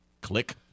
Click